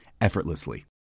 effortlessly